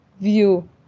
view